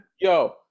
yo